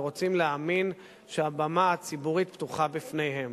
ורוצים להאמין שהבמה הציבורית פתוחה בפניהם.